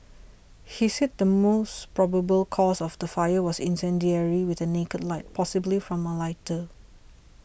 he said the most probable cause of the fire was incendiary with a naked light possibly from a lighter